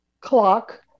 clock